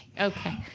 okay